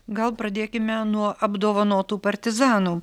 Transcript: gal pradėkime nuo apdovanotų partizanų